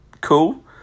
cool